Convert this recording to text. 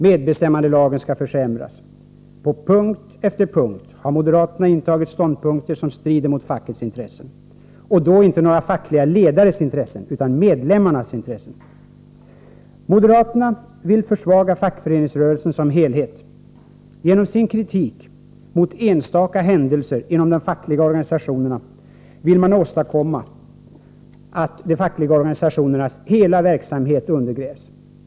Medbestämmandelagen skall försämras. På punkt efter punkt har moderaterna intagit ståndpunkter som strider mot fackets intressen, och då inte några fackliga ledares intressen utan medlemmarnas. Moderaterna vill försvaga fackföreningsrörelsen som helhet. Genom sin kritik mot enstaka händelser inom de fackliga organisationerna vill de åstadkomma att organisationernas hela verksamhet undergrävs.